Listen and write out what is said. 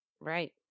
Right